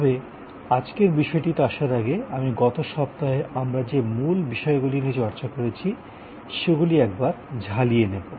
তবে আজকের বিষয়টিতে আসার আগে আমি গত সপ্তাহে আমরা যে মূল বিষয়গুলি নিয়ে চর্চা করেছি সেগুলি আবার ঝালিয়ে নেবো